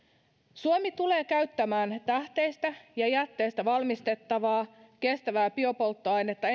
suomi tulee käyttämään tähteistä ja jätteistä valmistettavaa kestävää biopolttoainetta